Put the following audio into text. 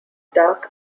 dark